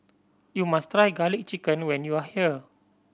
you must try Garlic Chicken when you are here